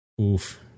Oof